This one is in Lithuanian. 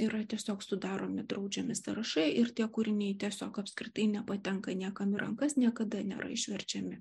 yra tiesiog sudaromi draudžiami sąrašai ir tie kūriniai tiesiog apskritai nepatenka niekam į rankas niekada nėra išverčiami